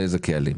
לאיזה קהלים.